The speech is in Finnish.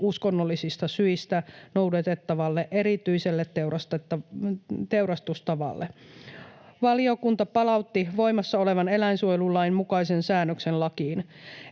uskonnollisista syistä noudatettavalle erityiselle teurastustavalle. Valiokunta palautti voimassa olevan eläinsuojelulain mukaisen säännöksen lakiin.